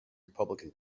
republican